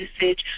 usage